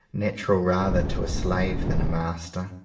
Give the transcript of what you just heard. natural rather to a slave than a master.